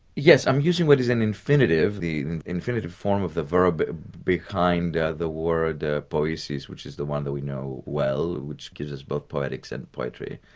yes, i'm using what is an infinitive, the infinitive form of the verb behind the word ah poiesis which is the one that we know well, which gives us both poetics and poetry,